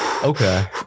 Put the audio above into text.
Okay